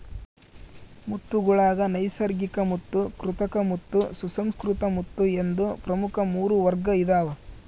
ಮುತ್ತುಗುಳಾಗ ನೈಸರ್ಗಿಕಮುತ್ತು ಕೃತಕಮುತ್ತು ಸುಸಂಸ್ಕೃತ ಮುತ್ತು ಎಂದು ಪ್ರಮುಖ ಮೂರು ವರ್ಗ ಇದಾವ